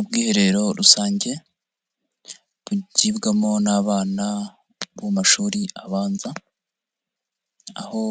Ubwiherero rusange bugibwamo n'abana bo mu mashuri abanza, aho